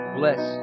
bless